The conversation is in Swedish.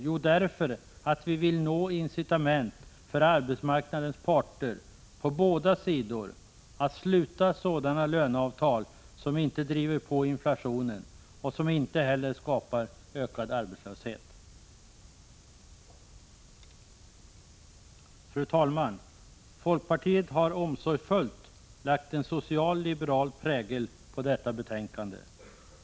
Jo, därför att vi vill åstadkomma ett incitament för arbetsmarknadens parter på båda sidor när det gäller att sluta sådana löneavtal som inte driver på inflationen och som inte heller medverkar till en ökad arbetslöshet. Fru talman! Vi i folkpartiet har omsorgsfullt bidragit till att sätta en socialliberal prägel på detta betänkande.